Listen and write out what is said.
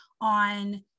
on